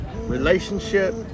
relationship